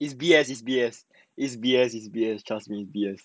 it's trust me